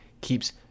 keeps